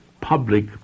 public